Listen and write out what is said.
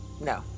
No